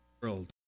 world